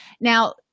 Now